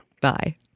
Bye